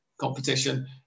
competition